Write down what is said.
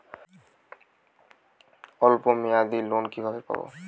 অল্প মেয়াদি লোন কিভাবে পাব?